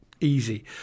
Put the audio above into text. easy